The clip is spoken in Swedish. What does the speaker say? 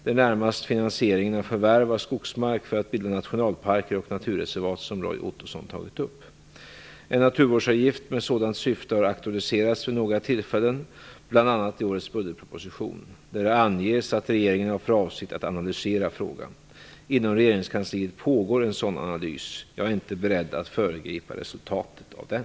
Det är närmast finansieringen av förvärv av skogsmark för att bilda nationalparker och naturreservat som Roy Ottosson tagit upp. En naturvårdsavgift med sådant syfte har aktualiserats vid några tillfällen, bl.a. i årets budgetproposition , där det anges att regeringen har för avsikt att analysera frågan. Inom regeringskansliet pågår en sådan analys. jag är inte beredd att föregripa resultatet av den.